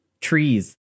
trees